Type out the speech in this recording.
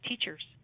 teachers